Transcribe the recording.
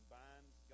binds